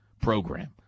program